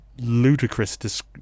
Ludicrous